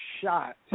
shot